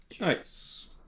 Nice